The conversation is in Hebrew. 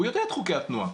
הוא יודע את חוקי התנועה.